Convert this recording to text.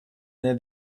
near